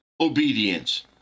obedience